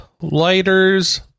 lighters